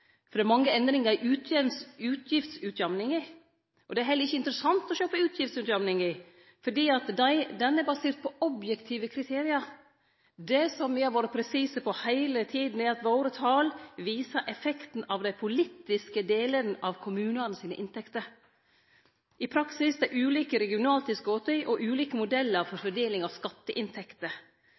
har vore mange endringar i utgiftsutjamninga. Det er heller ikkje interessant å sjå på utgiftsutjamninga, for ho er basert på objektive kriterium. Det som me har vore presise på heile tida, er at våre tal viser effekten av dei politiske delane av inntektene til kommunane – i praksis dei ulike regionaltilskota og ulike modellar for fordeling av skatteinntekter.